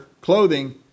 clothing